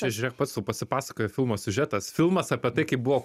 čia žiūrėk pats sau pasipasakojo filmo siužetas filmas apie tai kaip buvo